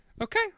okay